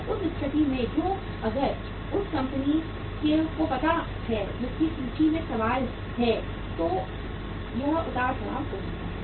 तो उस स्थिति में जो अगर उस कंपनी को पता है जिसकी सूची में सवाल है तो यह उतार चढ़ाव हो सकता है